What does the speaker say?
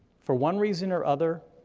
for one reason or other,